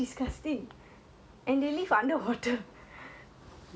you know they say only like what ten percent of the creatures are discovered